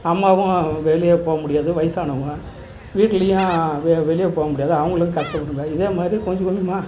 அம்மாவும் வெளியே போக முடியாது வயதானவங்க வீட்லேயும் வெ வெளியே போக முடியாது அவர்களுக்கு கஷ்டம் கொடுக்க முடியாது இதே மாதிரி கொஞ்சம் கொஞ்சமாக